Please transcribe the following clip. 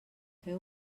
feu